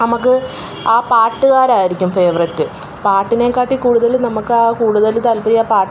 നമുക്ക് ആ പാട്ട്കാരായിരിക്കും ഫേവറേറ്റ് പാട്ടിനേക്കാട്ടിലും നമുക്ക് കൂടുതല് താൽപര്യം